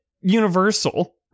Universal